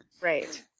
Right